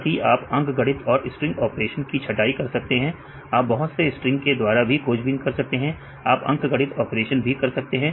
साथ ही आप अंकगणित और स्ट्रिंग ऑपरेशन की छटाई कर सकते हैं आप बहुत से स्ट्रिंग के द्वारा भी खोजबीन कर सकते हैं आप अंकगणित ऑपरेशन भी कर सकते हैं